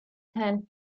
ten